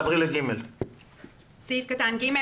תעברי לסעיף קטן (ג).